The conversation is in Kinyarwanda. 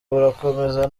burakomeza